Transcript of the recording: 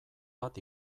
bat